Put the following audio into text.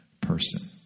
person